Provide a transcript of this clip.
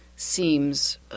Seems